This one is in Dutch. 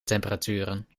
temperaturen